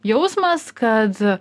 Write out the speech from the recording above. jausmas kad